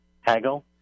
haggle